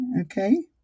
Okay